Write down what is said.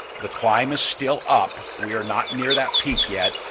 the climb is still up, we're not near that peak yet,